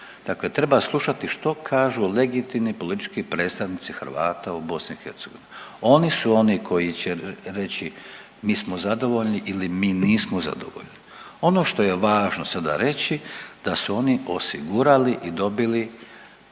treba slušati što kažu legitimni politički predstavnici Hrvata u BiH, oni su oni koji će reći mi smo zadovoljni ili mi nismo zadovoljni. Ono što je važno sada reći da su oni osigurali i dobili